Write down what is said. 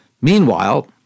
meanwhile